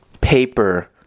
paper